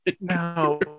no